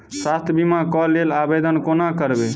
स्वास्थ्य बीमा कऽ लेल आवेदन कोना करबै?